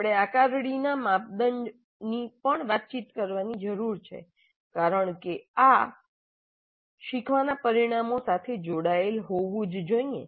આપણે આકારણીના માપદંડની પણ વાતચીત કરવાની જરૂર છે કારણ કે આ આપણે વારંવાર કહીએ છીએ કે કોઈ પણ સૂચનાના મોડેલમાં આકારણી ખરેખર ખૂબ જ ખૂબ જ મહત્વપૂર્ણ અને નિર્ણાયક હોય છે શીખવાના પરિણામો સાથે જોડાયેલ હોવું જ જોઈએ